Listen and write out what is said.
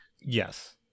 Yes